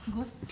ghost